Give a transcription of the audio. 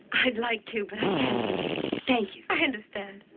i'd like to, but i can't today. thank you. i understand.